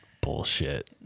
bullshit